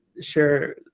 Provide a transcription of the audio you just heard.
share